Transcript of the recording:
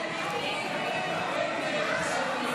ההסתייגויות לסעיף 05